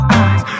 eyes